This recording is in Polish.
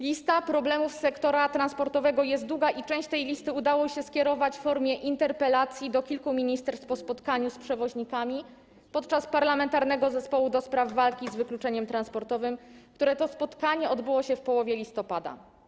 Lista problemów sektora transportowego jest długa i część tej listy udało się skierować w formie interpelacji do kilku ministerstw, po spotkaniu z przewoźnikami podczas posiedzenia Parlamentarnego Zespołu ds. Walki z Wykluczeniem Transportowym, które to spotkanie odbyło się w połowie listopada.